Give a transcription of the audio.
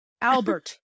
Albert